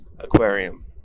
aquarium